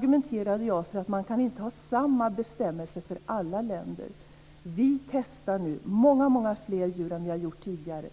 Det är väl känt i EU-nämnden, där jag har dragit den här frågan flera gånger. Vi testar nu många fler djur än vi har gjort tidigare.